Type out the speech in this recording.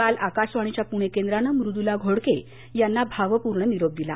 काल आकाशवाणीच्या पुणे केंद्रानं मृद्दला घोडके यांना भावपूर्ण निरोप दिला